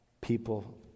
people